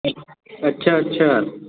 अच्छा अच्छा